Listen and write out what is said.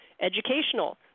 Educational